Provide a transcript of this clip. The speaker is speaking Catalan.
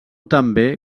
també